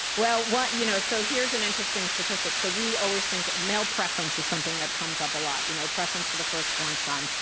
well, what you know, so here's an interesting statistic. so we always think male preference is something that comes up a lot. you know, preference for the first born son.